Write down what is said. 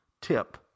tip